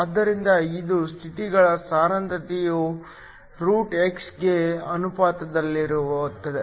ಆದ್ದರಿಂದ ಇದು ಸ್ಥಿತಿಗಳ ಸಾಂದ್ರತೆಯು x ಗೆ ಅನುಪಾತದಲ್ಲಿರುತ್ತದೆ